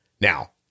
Now